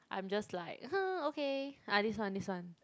I'm just like [huh] okay ah this one this one